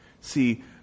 See